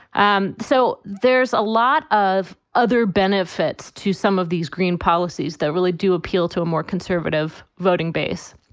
and so there's a lot of other benefits to some of these green policies that really do appeal to a more conservative voting base.